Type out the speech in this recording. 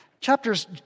Chapters